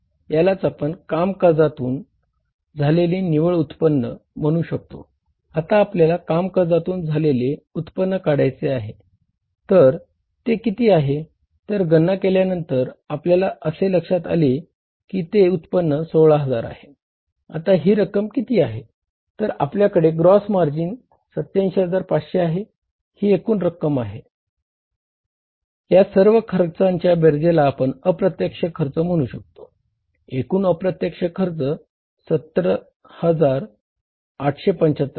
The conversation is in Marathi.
याला आपण कामकाजातून झालेले निव्वळ उत्पन्न म्हणू शकतो एकूण अप्रत्यक्ष खर्च 70875 आहे